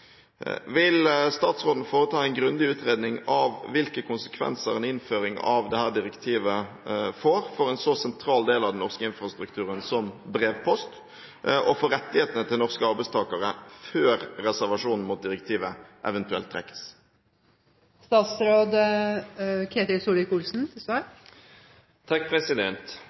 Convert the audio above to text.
Vil statsråden foreta en grundig utredning av hvilke konsekvenser en innføring av dette direktivet får for en så sentral del av den norske infrastrukturen som brevpost, og for rettighetene til norske arbeidstakere før reservasjonen mot direktivet eventuelt trekkes?» Jeg vil påstå at grunnen til